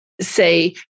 say